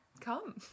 come